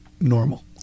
normal